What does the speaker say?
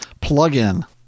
plugin